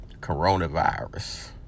Coronavirus